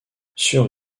sur